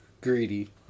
greedy